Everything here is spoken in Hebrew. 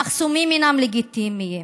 המחסומים אינם לגיטימיים.